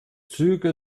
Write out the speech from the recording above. züge